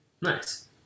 Nice